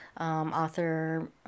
author